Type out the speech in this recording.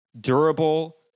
durable